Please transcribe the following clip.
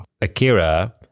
Akira